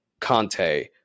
Conte